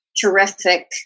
terrific